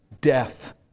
death